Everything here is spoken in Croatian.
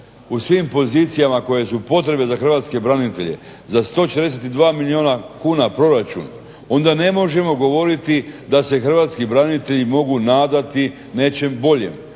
u svim pozicijama koje su potrebne za hrvatske branitelje, za 142 milijuna kuna proračun onda ne možemo govoriti da se hrvatski branitelji mogu nadati nečem bolje.